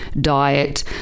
diet